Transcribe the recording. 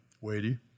weighty